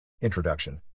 Introduction